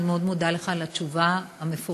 אני מאוד מודה לך על התשובה המפורטת.